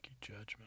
judgment